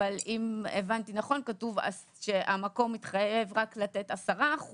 אבל אם הבנתי נכון כתוב שהמקור מתחייב לתת רק 10%,